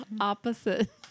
opposite